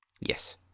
Yes